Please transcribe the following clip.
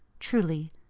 truly,